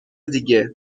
دیگه